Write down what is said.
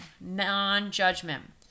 non-judgment